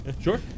Sure